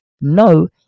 no